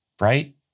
right